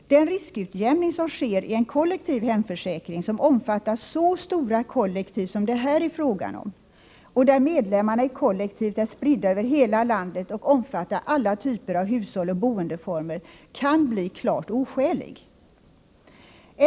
Den riskutjämning som sker i en kollektiv hemförsäkring som omfattar så stora kollektiv som det här är fråga om och där medlemmarna i kollektivet är spridda över hela landet och omfattar alla typer av hushåll och boendeformer kan bli klart oskälig.